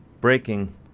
Breaking